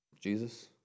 Jesus